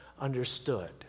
understood